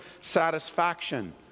satisfaction